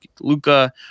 luca